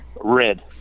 Red